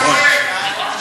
אתה רואה?